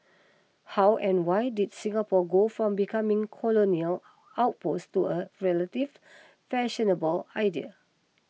how and why did Singapore go from becoming colonial outpost to a relative fashionable idea